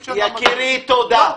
יקירי, תודה.